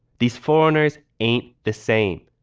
these foreigners ain't the same.